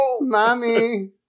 Mommy